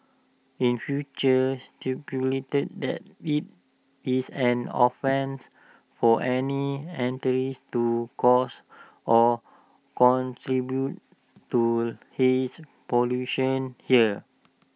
in future stipulates that IT is an offence for any entities to cause or contribute to haze pollution here